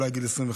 אולי גיל 25,